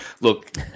look